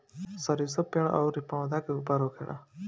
सरीसो पेड़ अउरी पौधा के ऊपर होखेला